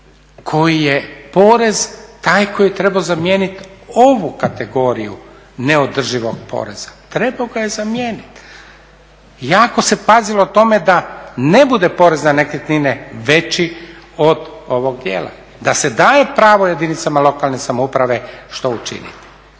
koji je porez taj koji je trebao zamijeniti ovu kategoriju neodrživog poreza. Trebao ga je zamijeniti. I ako se pazilo o tome da ne bude porez na nekretnine veći od ovog dijela, da se daje pravo jedinicama lokalne samouprave što učiniti.